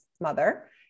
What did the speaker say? mother